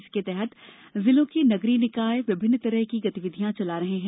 इसके तहत जिलों के नगरीय निकाय विभिन्न तरह की गतिविधियां चला रहे हैं